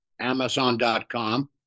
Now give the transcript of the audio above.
amazon.com